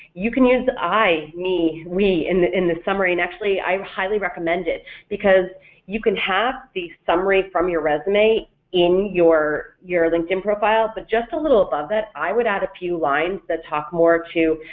you can use the i, me, we, in in the summary and actually i um highly recommend it because you can have the summary from your resume in your your linkedin profile but just a little above it, i would add a few lines that talk more to,